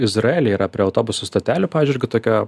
izraely yra prie autobusų stotelių pavyzdžiui irgi tokie